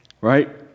Right